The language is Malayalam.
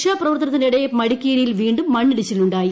രക്ഷാപ്രവർത്തനത്തിനിടെ മടിക്കേരിയിൽ വീണ്ടും മണ്ണിടിച്ചിലുണ്ടായി